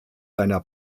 seiner